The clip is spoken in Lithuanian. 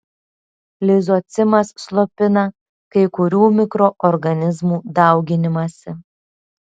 lizocimas slopina kai kurių mikroorganizmų dauginimąsi